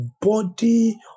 body